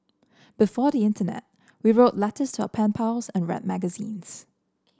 before the internet we wrote letters to our pen pals and read magazines